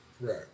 Right